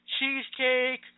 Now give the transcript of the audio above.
cheesecake